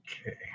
Okay